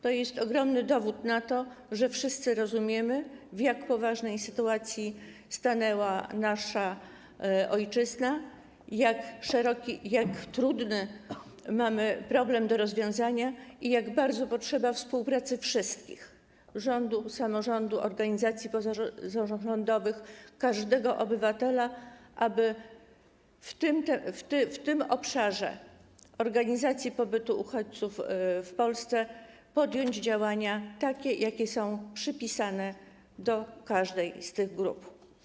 To jest ogromny dowód na to, że wszyscy rozumiemy, w jak poważnej sytuacji jest nasza ojczyzna, jak trudny mamy problem do rozwiązania i jak bardzo potrzeba współpracy wszystkich: rządu, samorządu, organizacji pozarządowych, każdego obywatela, aby w obszarze organizacji pobytu uchodźców w Polsce podjąć działania, jakie są przypisane każdej z tych grup.